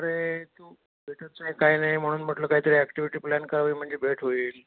अरे तू भेटत नाही काय नाही म्हणून म्हटलं कायतरी ॲक्टिविटी प्लॅन करावी म्हणजे भेट होईल